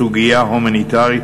סוגיה הומניטרית,